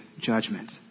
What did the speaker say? judgment